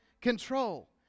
control